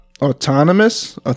autonomous